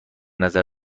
نظر